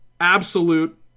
absolute